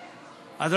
אז,